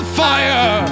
fire